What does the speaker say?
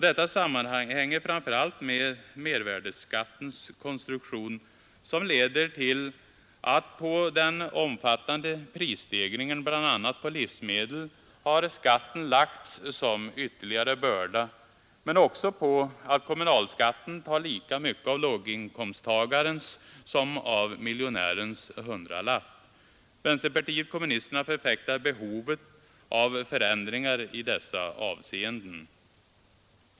Detta sammanhänger framför allt med mervärdeskattens konstruktion, som leder till att på den omfattande prisstegringen bl.a. på livsmedel har skatten lagts som ytterligare börda, men också på att kommunalskatten tar lika mycket av låginkomsttagarens som av miljonärens hundralapp. Vänsterpartiet kommunisterna förfäktar behovet av förändringar i dessa avseenden.